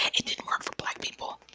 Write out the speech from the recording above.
it didn't work for black people,